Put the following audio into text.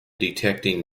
detecting